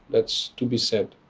that's to be said.